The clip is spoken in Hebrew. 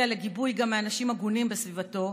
לגיבוי גם מאנשים הגונים בסביבתו,